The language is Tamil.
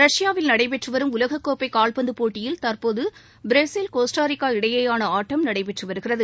ரஷ்யாவில் நடைபெற்று வரும் உலகக் கோப்பை கால்பந்து போட்டியில் தற்போது பிரேசில் கோஸ்டோரிக்கா இடையேயான ஆட்டம் நடைபெற்று வருகிறது